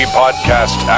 podcast